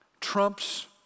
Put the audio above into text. trumps